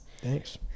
Thanks